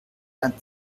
ein